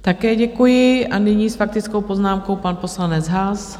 Také děkuji a nyní s faktickou poznámkou pan poslanec Haas.